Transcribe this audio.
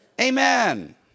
amen